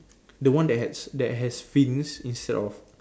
the one that has that has fins instead of